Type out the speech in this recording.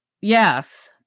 yes